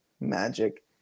magic